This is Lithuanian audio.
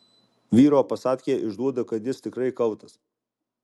vyro pasadkė išduoda kad jis tikrai kaltas